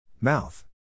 Mouth